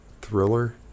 thriller